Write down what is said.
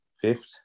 fifth